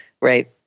right